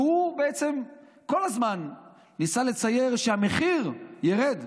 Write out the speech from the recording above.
הוא בעצם כל הזמן ניסה לצייר שהמחיר ירד,